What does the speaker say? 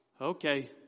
okay